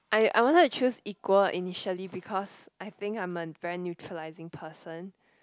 I I wanted to choose equal initially because I think I'm a very neutralising person